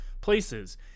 places